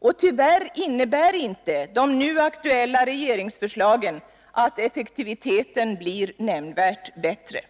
Och tyvärr innebär inte de nu aktuella regeringsförslagen att effektiviteten blir nämnvärt bättre.